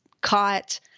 caught